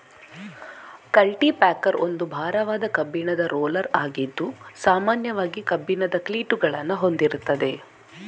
culti packer ಒಂದು ಭಾರವಾದ ಕಬ್ಬಿಣದ ರೋಲರ್ ಆಗಿದ್ದು ಸಾಮಾನ್ಯವಾಗಿ ಕಬ್ಬಿಣದ ಕ್ಲೀಟುಗಳನ್ನ ಹೊಂದಿರ್ತದೆ